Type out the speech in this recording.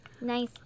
Nice